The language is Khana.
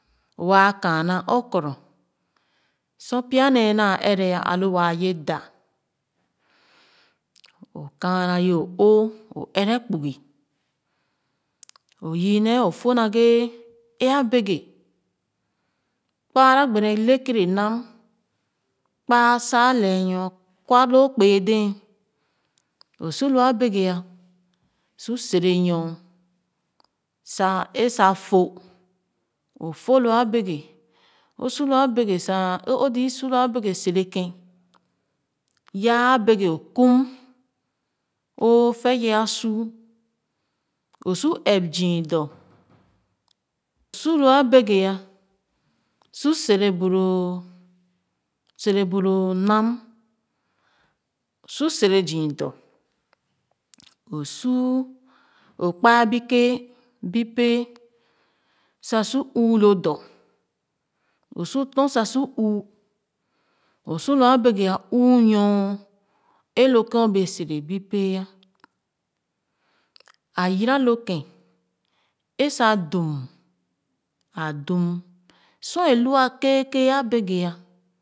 Waa kāāna okoro sor pya nee naa ɛrɛ alo waa ye dàa o kaana ye o’oo o ɛrɛ kpugi o yii ne ofo naghe ē a beke kpaa gbene le kenekēn nam kpa a sa lɛɛ nyo kwa loo kpéě dɛ̄ɛ̄ o su lo abeke su sere nyo sa asa fo o fo lo abeke o su lo a beke sa o zii su lo abeke yaa abeke o kum o fɛye a suu o suvɛp zii dɔ su loo abeke ah su sere bu loo ser bu loo nam so sere zii dɔ o suu o kpaa lzi kéé bi péé sa su uu lo dɔ o su torn sa su uu o su lo abeke uu nyo é lo kèn o bɛɛ sere ibi pěé ah a yɛra lo kèn ē sa, dum a dum sor a lua keekee abeke ah.